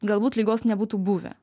galbūt ligos nebūtų buvę